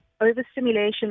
overstimulation